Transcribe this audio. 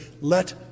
let